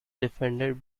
defended